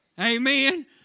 Amen